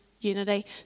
unity